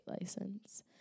license